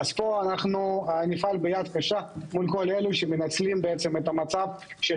אנחנו נפעל פה ביד קשה מול כל אלה שמנצלים את מצבו של